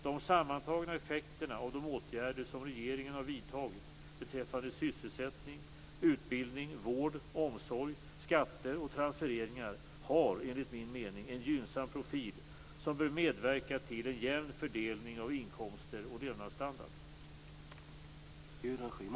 De sammantagna effekterna av de åtgärder som regeringen har vidtagit beträffande sysselsättning, utbildning, vård, omsorg, skatter och transfereringar har enligt min mening en gynnsam profil som bör medverka till en jämn fördelning av inkomster och levnadsstandard.